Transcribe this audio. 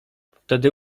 wtedy